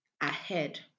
ahead